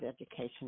education